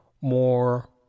more